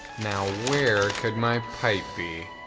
now where could my pipe be?